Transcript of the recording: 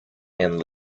and